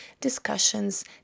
discussions